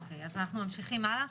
לא, אוקיי, אז אנחנו ממשיכים הלאה